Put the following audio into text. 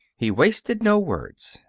he wasted no words.